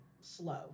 slow